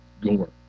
gore